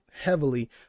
heavily